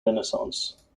renaissance